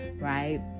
right